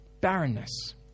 barrenness